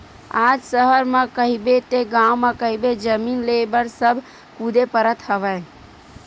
आज सहर म कहिबे ते गाँव म कहिबे जमीन लेय बर सब कुदे परत हवय